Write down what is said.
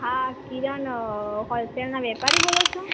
હા કિરણ હોલસેલના વેપારી બોલો છો